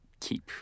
keep